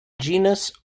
genus